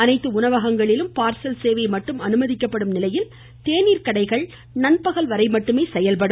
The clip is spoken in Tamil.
அனைத்து உணவங்களிலும் பார்சல் சேவை மட்டும் அனுமதிக்கப்படும் நிலையில் தேநீர் கடைகள் நண்பகல் வரை மட்டுமே செயல்படும்